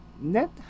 Net